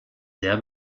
sehr